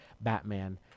Batman